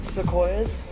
Sequoia's